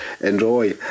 enjoy